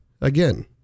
again